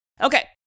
Okay